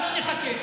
אנחנו נחכה.